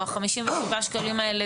או החמישים ושישה שקלים האלה,